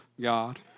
God